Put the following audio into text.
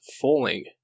falling